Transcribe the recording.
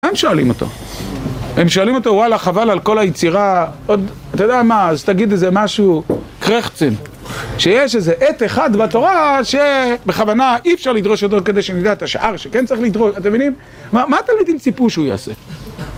גם שואלים אותו. הם שואלים אותו, וואללה, חבל על כל היצירה, עוד... אתה יודע מה, אז תגיד איזה משהו.. קרחצן. שיש איזה עת אחד בתורה שבכוונה אי אפשר לדרוש אותו כדי שנדע את השעה ושכן צריך לדרוש, אתם מבינים? מה, מה אתה התלמידים ציפו שהוא יעשה?